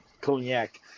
Cognac